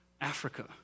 Africa